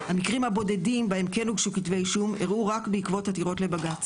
המקרים הבודדים בהם כן הוגשו כתבי אישום אירעו רק בעקבות עתירות לבג"צ,